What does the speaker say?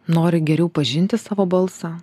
nori geriau pažinti savo balsą